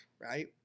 right